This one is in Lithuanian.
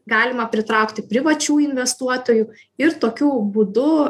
galima pritraukti privačių investuotojų ir tokiu būdu